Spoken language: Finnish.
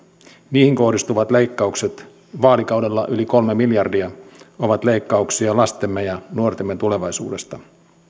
niihin kohdistuvat leikkaukset vaalikaudella yli kolme miljardia ovat leikkauksia lastemme ja nuortemme tulevaisuudesta